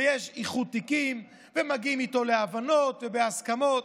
ויש איחוד תיקים, ומגיעים איתו להבנות ולהסכמות.